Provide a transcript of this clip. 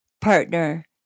partner